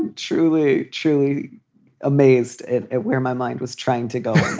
and truly, truly amazed at at where my mind was trying to go.